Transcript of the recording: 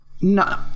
No